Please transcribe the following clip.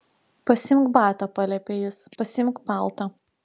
pasiimk batą paliepė jis pasiimk paltą